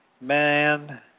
man